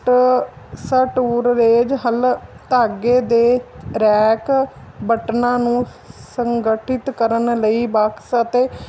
ਟ ਸਰ ਟੂ ਰੇਜ ਹਲ ਧਾਗੇ ਦੇ ਰੈਕ ਬਟਨਾਂ ਨੂੰ ਸੰਗਠਿਤ ਕਰਨ ਲਈ ਬਕਸ ਅਤੇ